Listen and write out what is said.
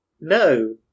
No